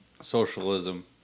socialism